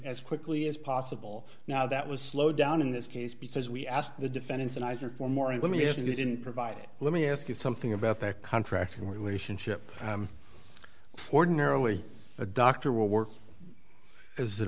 as quickly as possible now that was slow down in this case because we asked the defendants and i think for more and let me ask you didn't provide it let me ask you something about that contract in relationship ordinarily a doctor will work as an